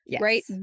Right